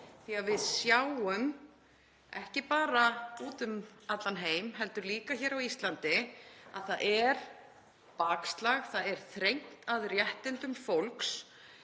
því að við sjáum, ekki bara úti um allan heim heldur líka hér á Íslandi, að það er bakslag, það er þrengt að réttindum fólks